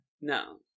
No